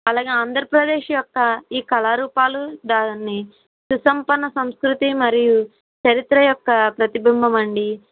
అలాగే ఆంధ్రప్రదేశ్ యొక్క ఈ కళారూపాలు దాని సుసంపన్న సంస్కృతి మరియు చరిత్ర యొక్క ప్రతిబింబమండి